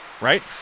right